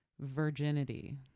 Virginity